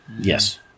Yes